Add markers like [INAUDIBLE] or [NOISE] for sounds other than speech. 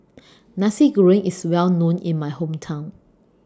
[NOISE] Nasi Goreng IS Well known in My Hometown